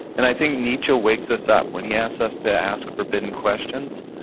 and i think nietzsche wakes us up. when he asks us to ask forbidden questions,